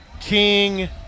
King